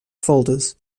folders